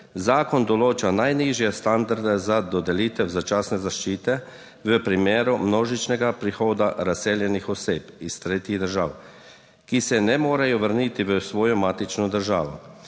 Zakon določa najnižje standarde za dodelitev začasne zaščite v primeru množičnega prihoda razseljenih oseb iz tretjih držav, ki se ne morejo vrniti v svojo matično državo.